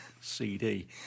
CD